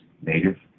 native